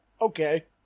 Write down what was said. okay